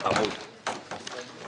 בעד ההודעה, פה אחד ההודעה אושרה.